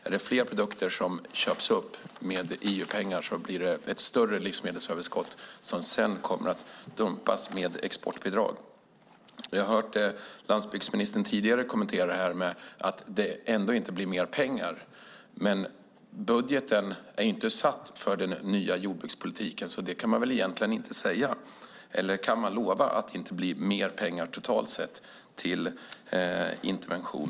Om det är fler produkter som köps upp med EU-pengar blir det ett större livsmedelsöverskott, som sedan kommer att dumpas med exportbidrag. Jag har hört landsbygdsministern tidigare kommentera detta med att det ändå inte blir mer pengar. Men budgeten är ju inte satt för den nya jordbrukspolitiken, så det kan man väl egentligen inte säga. Eller kan man lova att det inte blir mer pengar totalt sett till intervention?